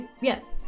yes